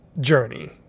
journey